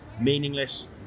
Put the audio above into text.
meaningless